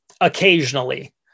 occasionally